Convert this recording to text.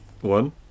one